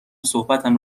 صحبتم